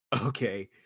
Okay